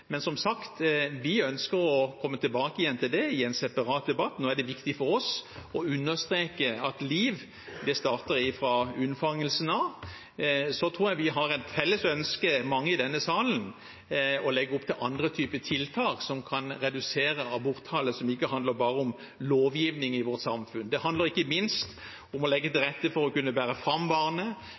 men vi ønsker som sagt å komme tilbake igjen til det i en separat debatt. Nå er det viktig for oss å understreke at liv starter fra unnfangelsen av. Jeg tror vi har et felles ønske, mange i denne salen, om å legge opp til andre typer tiltak som kan redusere aborttallet, som ikke handler bare om lovgivning i vårt samfunn. Det handler ikke minst om å legge til rette for å kunne bære fram barnet,